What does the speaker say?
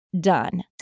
done